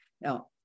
Now